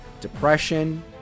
depression